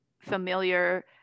familiar